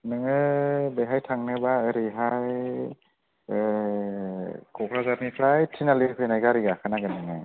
नोङो बेहाय थांनोबा ओरैहाय क'क्राझारनिफ्राय तिनालि फैनाय गारि गाखोनांगोन नोङो